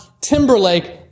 Timberlake